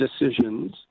decisions